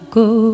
go